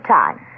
time